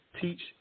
teach